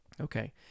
Okay